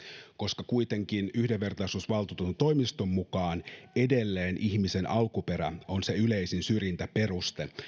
koska kuitenkin yhdenvertaisuusvaltuutetun toimiston mukaan edelleen ihmisen alkuperä on se yleisin syrjintäperuste